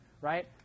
right